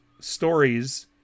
stories